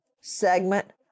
segment